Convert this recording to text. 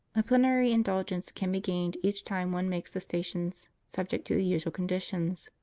a plenary indulgence can be gained each time one makes the stations, subject to the usual conditions.